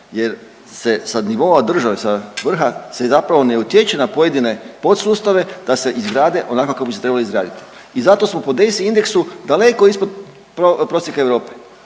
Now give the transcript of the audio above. jer se sa nivo države, sa vrha se zapravo ne utječe na pojedine podsustava da se izgrade onako kako bi se trebali izgraditi i zato smo po DESI indeksu daleko ispod prosjeka Europe.